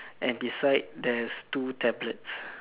and beside there's two tablets